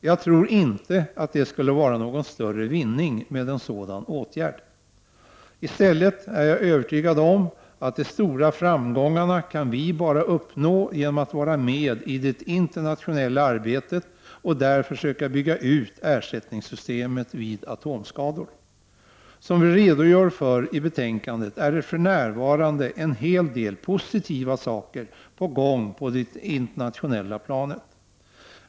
Jag tror inte att det skulle vara någon större vinning med en sådan åtgärd. I stället är jag övertygad om att vi kan uppnå de stora framgångarna enbart genom att vara med i det internationella arbetet och där försöka bygga ut ersättningssystemet vid atomskador. Som vi redogör för i betänkandet är det för närvarande en hel del positiva saker på gång på det internationella planet.